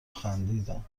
خندیدم